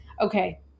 Okay